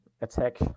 attack